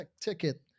ticket